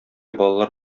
балалар